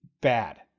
bad